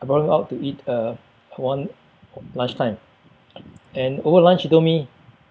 I brought him out to eat uh one lunchtime and over lunch he told me